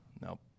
Nope